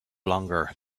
longer